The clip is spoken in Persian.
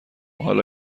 حالا